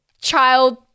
child